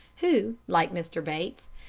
who, like mr. bates,